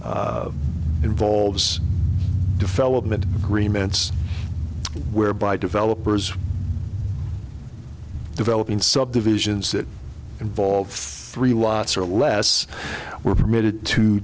involves development remits whereby developers developing subdivisions that involve three lots or less were permitted to